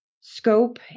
Scope